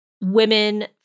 women